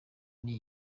ari